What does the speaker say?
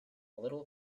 little